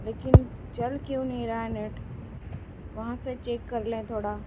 لیکن چل کیوں نہیں رہا ہے نیٹ وہاں سے چیک کر لیں تھوڑا